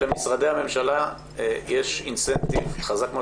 שלמשרדי הממשלה יש אינסנטיב חזק מאוד